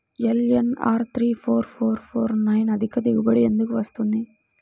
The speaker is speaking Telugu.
LNR three four four four nine అధిక దిగుబడి ఎందుకు వస్తుంది?